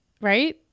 Right